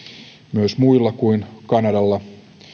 myös muilla kuin kanadalla